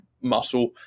muscle